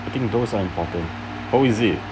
I think those are important oh is it